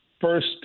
first